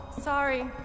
Sorry